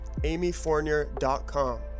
amyfournier.com